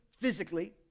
physically